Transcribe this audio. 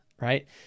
right